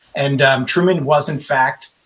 and um truman was in fact,